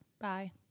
Bye